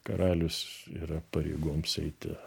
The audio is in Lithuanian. karalius yra pareigoms eiti